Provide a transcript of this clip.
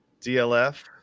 DLF